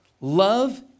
Love